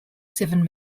seven